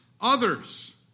others